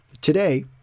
today